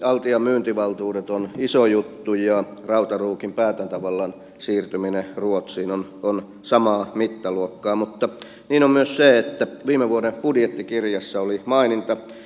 altian myyntivaltuudet on iso juttu ja rautaruukin päätäntävallan siirtyminen ruotsiin on samaa mittaluokkaa mutta niin on myös se että viime vuoden budjettikirjassa oli maininta